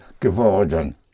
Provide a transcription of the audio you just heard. geworden